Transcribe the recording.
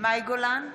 מאי גולן,